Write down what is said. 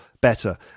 better